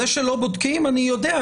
זה שלא בודקים אני יודע,